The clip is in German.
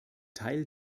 teil